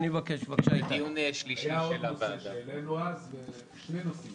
היו עוד שני נושאים